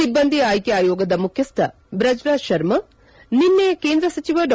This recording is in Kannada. ಸಿಬ್ಬಂದಿ ಆಯ್ಕೆ ಆಯೋಗದ ಮುಖ್ಯಸ್ಥ ಬ್ರಜ್ ರಾಜ್ ಶರ್ಮ ನಿನ್ನೆ ಕೇಂದ್ರ ಸಚಿವ ಡಾ